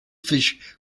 fish